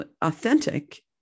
authentic